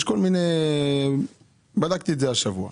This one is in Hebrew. קודם כל, בכלל היום הבנקים אין להם חובת ריבית.